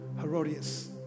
Herodias